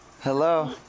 Hello